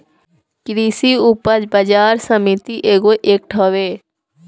कृषि उपज बाजार समिति एगो एक्ट हवे